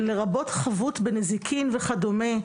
לרבות חבות בנזיקין וכדומה,